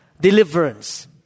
deliverance